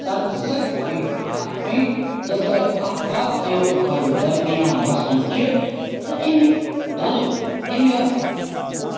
سَن set point تہِ اَکھ point یَتھ جایہِ آفتاب دۄیو پہاڑو درمیان وَسان چھِ تہٕ اَمہِ ڈَلُک اَمہِ